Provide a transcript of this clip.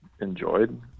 enjoyed